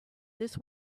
this